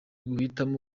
guhitamo